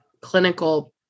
clinical